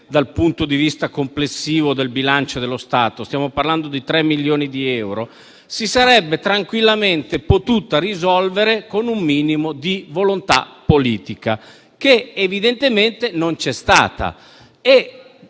dal punto di vista complessivo del bilancio dello Stato - stiamo parlando di 3 milioni di euro - si sarebbe tranquillamente potuta risolvere con un minimo di volontà politica, che evidentemente non c'è stata.